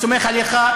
אוקיי, אני סומך עליך.